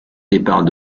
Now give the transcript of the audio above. départ